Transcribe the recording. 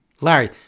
larry